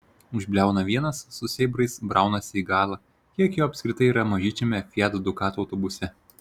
užbliauna vienas su sėbrais braunasi į galą kiek jo apskritai yra mažyčiame fiat ducato autobuse